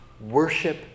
worship